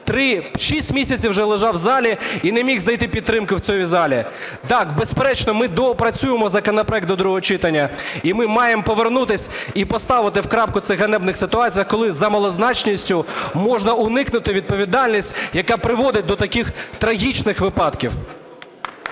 який 6 місяців вже лежав в залі і не міг знайти підтримки в цій залі. Так, безперечно, ми доопрацюємо законопроект до другого читання, і ми маємо повернутись і поставити крапку в цих ганебних ситуаціях, коли за малозначністю можна уникнути відповідальності, яка приводить до таких трагічних випадків.